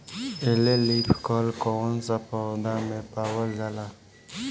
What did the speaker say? Yellow leaf curl कौन सा पौधा में पावल जाला?